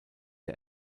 der